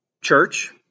church